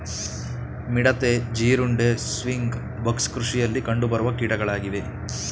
ಮಿಡತೆ, ಜೀರುಂಡೆ, sting bugs ಕೃಷಿಯಲ್ಲಿ ಕಂಡುಬರುವ ಕೀಟಗಳಾಗಿವೆ